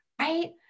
Right